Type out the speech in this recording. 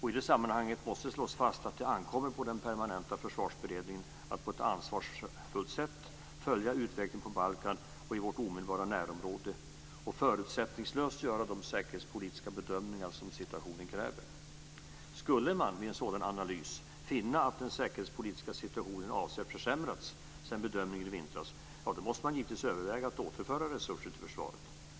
I det sammanhanget måste det slås fast att det ankommer på den permanenta försvarsberedningen att på ett ansvarsfullt sätt följa utvecklingen på Balkan och i vårt omedelbara närområde och förutsättningslöst göra de säkerhetspolitiska bedömningar som situationen kräver. Skulle man vid en sådan analys finna att den säkerhetspolitiska situationen avsevärt försämrats sedan bedömningen i vintras måste man givetvis överväga att återföra resurser till försvaret.